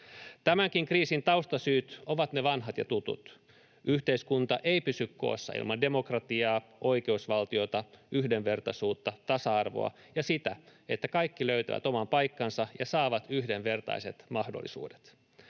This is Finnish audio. Tämänkin kriisin taustasyyt ovat ne vanhat ja tutut. Yhteiskunta ei pysy koossa ilman demokratiaa, oikeusvaltiota, yhdenvertaisuutta, tasa-arvoa ja sitä, että kaikki löytävät oman paikkansa ja saavat yhdenvertaiset mahdollisuudet.